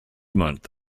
month